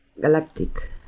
Galactic